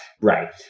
right